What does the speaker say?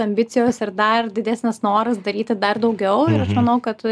ambicijos ir dar didesnis noras daryti dar daugiau ir aš manau kad tu